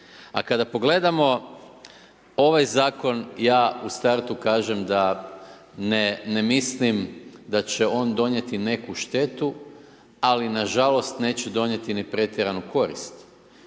A kada pogledamo ovaj zakon ja u startu kažem da ne mislim da će on donijeti neku štetu, ali nažalost, neće donijeti ni pretjeranu korist.